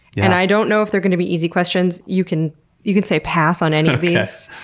and i don't know if they're going to be easy questions. you can you can say pass on any of these.